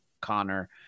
Connor